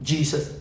Jesus